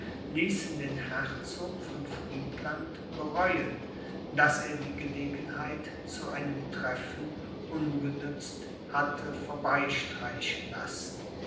ließen den herzog von friedland bereuen daß er die gelegenheit zu einem treffen ungenützt hatte vorbeistreichen lassen